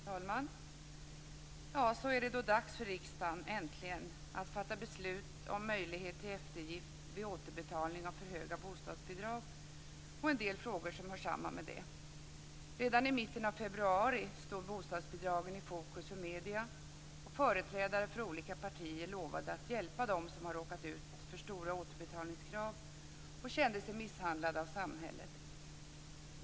Fru talman! Så är det då äntligen dags för riksdagen att fatta beslut om möjlighet till eftergift vid återbetalning av för höga bostadsbidrag och en del frågor som hör samman med detta. Redan i mitten av februari stod bostadsbidragen i fokus för medierna, och företrädare för olika partier lovade att hjälpa dem som råkat ut för stora återbetalningskrav och kände sig misshandlade av samhället.